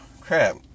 crap